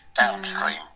downstream